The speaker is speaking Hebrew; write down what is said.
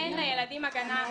אין לילדים הגנה.